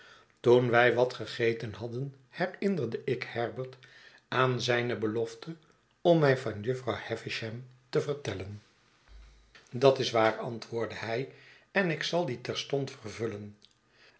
toen wij wat gegeten hadden herinnerde ik herbert aan zijne belofte om mij van jufvrouw havisham te vertellen dat is waar antwoordde hij en ik zal die terstond vervullen